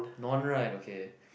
non right okay